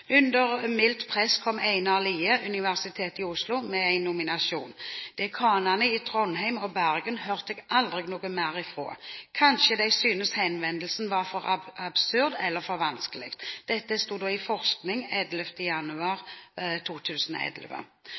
Under mildt press kom Einar Lie med en nominasjon. Dekanene i Trondheim og Bergen hørte jeg aldri noe mer fra. Kanskje de syntes henvendelsen var for absurd eller for vanskelig.» Dette er trist og uheldig for humaniora. Tenk på den betydningen språkfagene egentlig har i